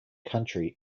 country